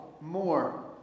more